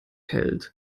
hält